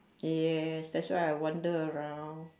yes that's why I wander around